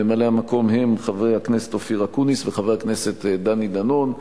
ממלאי-המקום הם חבר הכנסת אופיר אקוניס וחבר הכנסת דני דנון.